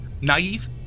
Naive